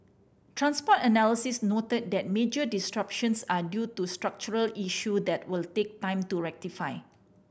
transport analysts noted that major disruptions are due to structural issue that will take time to rectify